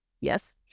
yes